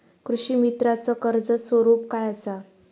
कृषीमित्राच कर्ज स्वरूप काय असा?